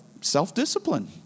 self-discipline